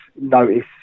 notice